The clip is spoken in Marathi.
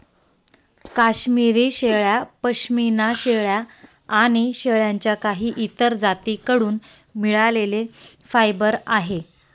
काश्मिरी शेळ्या, पश्मीना शेळ्या आणि शेळ्यांच्या काही इतर जाती कडून मिळालेले फायबर आहे